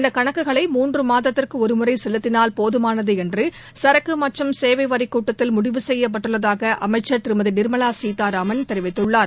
இந்த கணக்குகளை மூன்று மாதத்திற்கு ஒரு முறை செலுத்தினால் போதூனது என்று சரக்கு மற்றும் சேவை வரிகூட்டத்தில் முடிவு செய்யப்பட்டுள்ளதாக அமைச்சர் திருமதி நிர்மலா சீதாராமன் தெரிவித்துள்ளார்